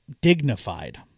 dignified